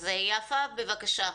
אז יפה, בבקשה.